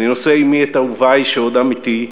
אני נושא עמי את אהובי שעודם אתי,